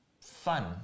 fun